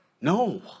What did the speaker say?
No